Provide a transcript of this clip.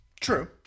True